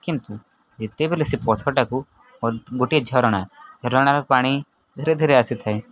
କିନ୍ତୁ ଯେତେବେଲେ ସେ ପଥରଟାକୁ ଗୋଟିଏ ଝରଣା ଝରଣାର ପାଣି ଧୀରେ ଧୀରେ ଆସିଥାଏ